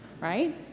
right